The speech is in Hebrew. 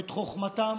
את חוכמתם